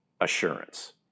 assurance